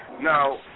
Now